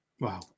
Wow